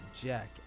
Jack